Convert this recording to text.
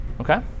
Okay